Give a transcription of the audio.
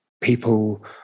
people